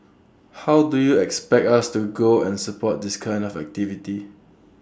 how do you expect us to go and support this kind of activity